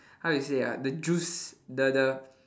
how to say ah the juice the the